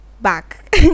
back